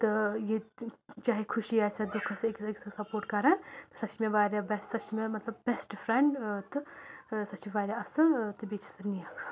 تہٕ ییٚتہِ چاہے خوشی آسہِ ہا دُکھ آسہِ ہا أکِس اَکھ سَپورٹ کران سۄ چھِ مےٚ واریاہ بیٚسٹ سۄ چھِ مےٚ مطلب بیٚسٹ فرٛیٚنٛڈ ٲں تہٕ ٲں سۄ چھِ واریاہ اصٕل تہٕ بیٚیہِ چھِ سۄ نیک